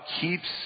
keeps